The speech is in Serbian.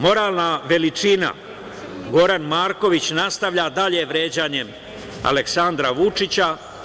Moralna veličina, Goran Marković nastavlja dalje vređanje Aleksandra Vučića.